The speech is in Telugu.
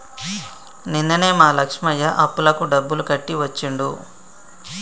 నిన్ననే మా లక్ష్మయ్య అప్పులకు డబ్బులు కట్టి వచ్చిండు